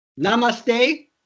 namaste